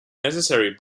necessary